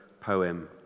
poem